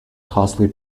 costly